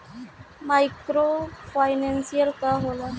Micro financing का होला?